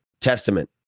testament